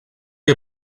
you